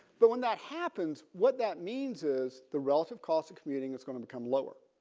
but when that happens what that means is the relative costs of commuting is going to become lower.